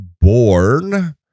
born